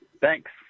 Thanks